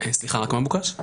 האזרחים שילמו ממיטב כספם.